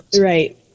Right